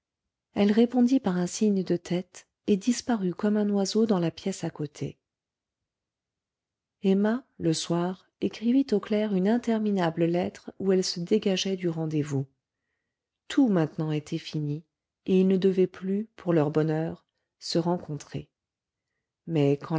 elle répondit par un signe de tête et disparut comme un oiseau dans la pièce à côté emma le soir écrivit au clerc une interminable lettre où elle se dégageait du rendez-vous tout maintenant était fini et ils ne devaient plus pour leur bonheur se rencontrer mais